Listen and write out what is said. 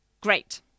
great